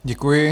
Děkuji.